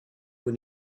when